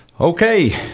Okay